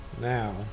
Now